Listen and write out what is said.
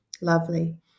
lovely